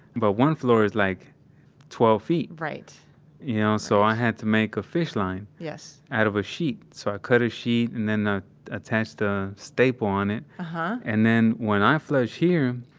but one floor is like twelve feet right you know, so i had to make a fish line yes out of a sheet. so i cut a sheet and then attached a staple on it. and and then when i flush here,